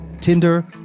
Tinder